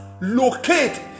locate